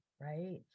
right